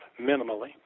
minimally